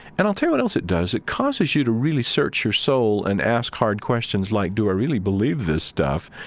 and i'll tell you what else it does. it causes you to really search your soul and ask hard questions like, do i really believe this stuff?